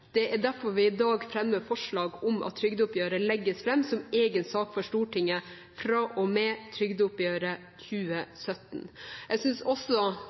Det er derfor vi i dag fremmer forslag om at trygdeoppgjøret legges fram som egen sak for Stortinget fra og med trygdeoppgjøret 2017. Jeg synes også